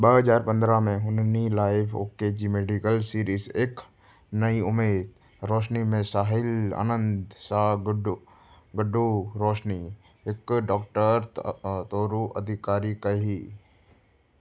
ॿ हज़ार पंदरहां में हुननि लाइफ ओके जी मेडिकल सीरीज़ एक नईं उम्मीद रोशनी में साहिल आनंद सां गॾु गडु॒ रोशनी हिकु डॉक्टर तौरु अदाकारी कई